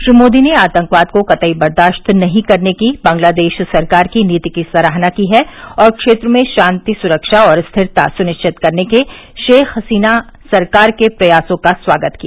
श्री मोदी ने आतंकवाद को कतई बर्दास्त नहीं करने की बंगलादेश सरकार की नीति की सराहना की है और क्षेत्र में शांति सुखा और स्थिरता सुनिश्वित करने के शेख हसीना सरकार के प्रयासों का स्वागत किया